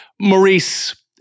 Maurice